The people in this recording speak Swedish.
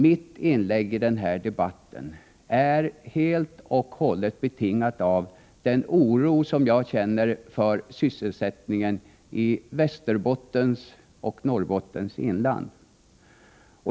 Mitt inlägg i den här debatten är helt och hållet betingat av den oro som jag känner för sysselsättningen i Västerbottens och Norrbottens inland.